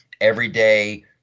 everyday